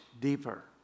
deeper